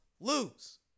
lose